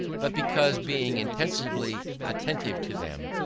but because, being intensely attentive to them,